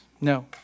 no